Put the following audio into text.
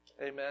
Amen